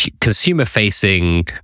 consumer-facing